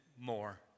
more